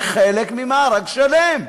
זה חלק ממארג שלם.